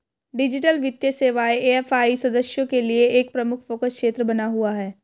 digital वित्तीय सेवाएं AFI सदस्यों के लिए एक प्रमुख फोकस क्षेत्र बना हुआ है